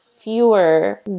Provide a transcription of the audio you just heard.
fewer